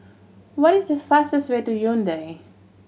what is the fastest way to Yaounde